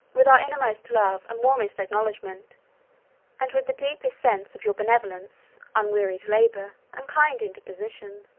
with our inmost love and warmest acknowledgment and with the deepest sense of your benevolence, unwearied labour, and kind interposition,